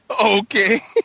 okay